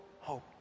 hope